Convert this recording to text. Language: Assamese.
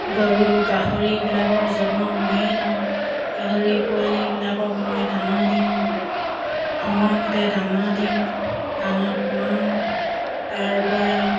গৰু গাহৰিবিলাকৰ যত্ন ময়েই লওঁ গাহৰি পোৱালিবিলাকক মই দানা দিওঁ সময়মতে দানা দিওঁ দানা খুৱাওঁ তাৰপৰা